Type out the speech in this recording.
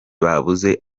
babuze